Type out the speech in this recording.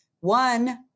one